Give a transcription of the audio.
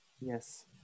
Yes